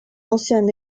ancien